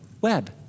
web